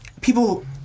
people